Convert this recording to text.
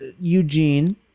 eugene